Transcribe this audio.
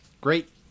Great